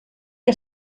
que